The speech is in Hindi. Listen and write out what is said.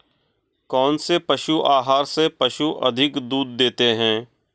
कौनसे पशु आहार से पशु अधिक दूध देते हैं?